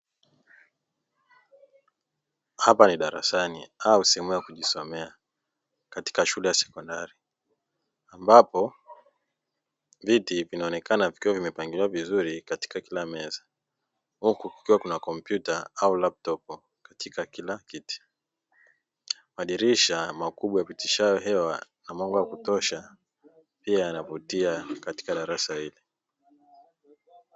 Hapa ni darasani au sehemu ya kujisomea katika shule ya sekondari ambapo viti vikionekana vikiwa vimepangiliwa vizuri katika kila meza huku kukiwa na kompyuta au laptopu katika kila kiti, madirisha makubwa yapitishayo hewa na mwanga wa kutosha pia yanavutia katika darasa hili.